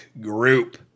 group